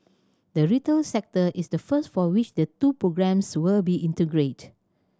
the retail sector is the first for which the two programmes will be integrated